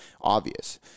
obvious